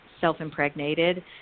self-impregnated